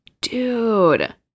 Dude